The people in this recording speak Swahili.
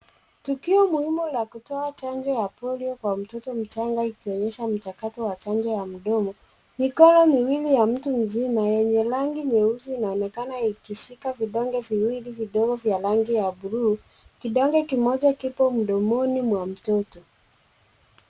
Tukio muhimu ya kutoa chanjo ya polio kwa mtoto mchanga, ikionyesha mchakato wa chanjo ya mdomo ,mikono miwili ya mtu mzima yenye rangi, nyeusi inaonekana ikishika vidonge viwili vidogo vya rangi ya blue ,kidonge kimoja kipo mdomoni mwa mtoto .